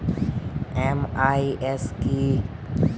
MIS কি?